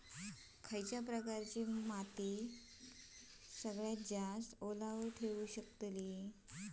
खयच्या प्रकारची माती सर्वात जास्त ओलावा ठेवू शकतली?